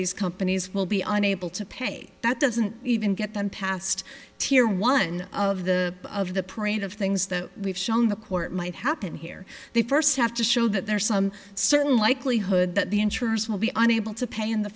these companies will be unable to pay that doesn't even get them past tier one of the of the parade of things that we've shown the court might happen here they first have to show that there's some certain likelihood that the insurers will be unable to pay in the